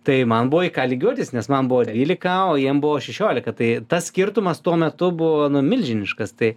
tai man buvo į ką lygiuotis nes man buvo dvylika o jiem buvo šešiolika tai tas skirtumas tuo metu buvo milžiniškas tai